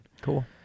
Cool